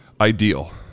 ideal